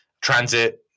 transit